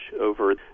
over